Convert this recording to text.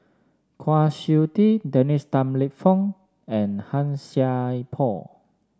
Kwa Siew Tee Dennis Tan Lip Fong and Han Sai Por